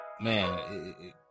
man